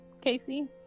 Casey